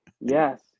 yes